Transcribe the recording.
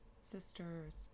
sisters